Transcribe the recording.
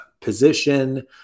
position